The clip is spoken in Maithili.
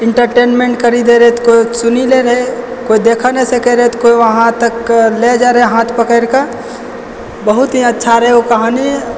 इंटरटेनमेंट करी दय रहै तऽ कोइ सुनि लै रहै कोई देखऽ नहि सकै रहै तऽ कोई वहाँ तक लए जाइ रहै हाथ पकरि के बहुत ही अच्छा रहै ओ कहानी